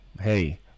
hey